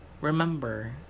remember